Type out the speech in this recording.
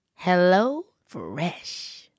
HelloFresh